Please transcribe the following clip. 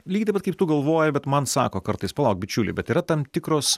lygiai taip pat kaip tu galvoja bet man sako kartais palauk bičiuli bet yra tam tikros